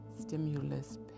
stimulus